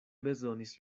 bezonis